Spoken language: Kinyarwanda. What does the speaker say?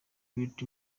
wright